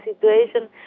situation